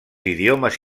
idiomes